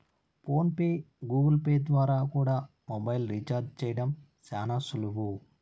phone pay, Google Pay ద్వారా కూడా mobile recharge చేయడం శానా సులువు